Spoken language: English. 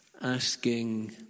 asking